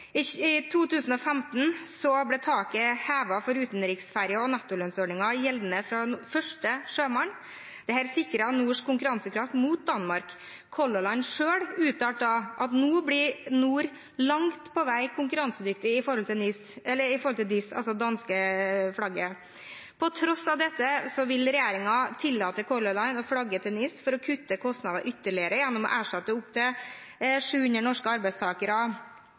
i historien. I 2015 ble taket hevet for utenriksferger og nettolønnsordningen gjeldende fra første sjømann. Dette sikret NORs konkurransekraft overfor Danmark. Color Line selv uttalte da at nå blir NOR langt på vei konkurransedyktig overfor DIS, altså det danske skipsregisteret. På tross av dette vil regjeringen tillate Color Line å flagge om til NIS for ytterligere å kutte kostnader gjennom å erstatte opp til 700 norske arbeidstakere